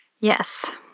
Yes